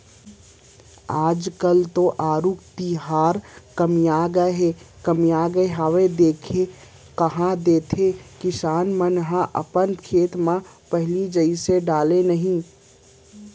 आज काल तो आरूग तिंवरा कमतिया गय हावय देखाउ कहॉं देथे गा किसान मन ह अपन खेत म पहिली जइसे डाले नइ